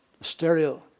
stereo